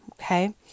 okay